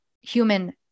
human